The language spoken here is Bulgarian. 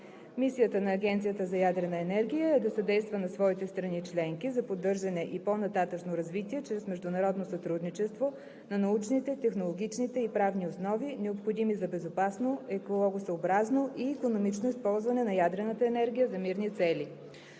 Мисията на Агенцията за ядрена енергия е да съдейства на своите страни членки за поддържане и по-нататъшно развитие чрез международно сътрудничество на научните, технологичните и правните основи, необходими за безопасно, екологосъобразно и икономично използване на ядрената енергия за мирни цели.